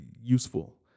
useful